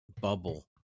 bubble